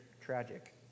tragic